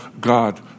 God